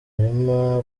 murima